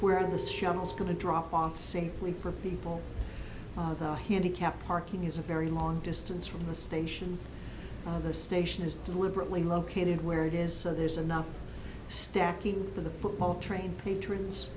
is going to drop off safely for people of the handicapped parking is a very long distance from the station the station is deliberately located where it is so there's enough stacking for the football train patrons